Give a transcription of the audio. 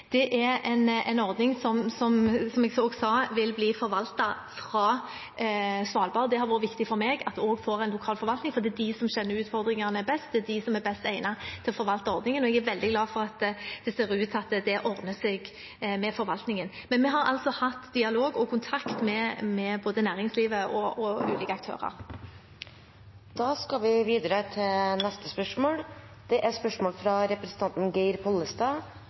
en ordning som vil bli forvaltet fra Svalbard, som jeg sa. Det har vært viktig for meg at det får en lokal forvaltning, for det er de som kjenner utfordringene best, og det er de som er best egnet til å forvalte ordningen. Jeg er veldig glad for at det ser ut til at det ordner seg med forvaltningen. Men vi har altså hatt dialog og kontakt med både næringslivet og ulike aktører. «Kva vil statsråden gjera for å sikre dei norske flyselskapa gjennom koronapandemien?» Vi